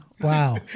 Wow